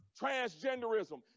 Transgenderism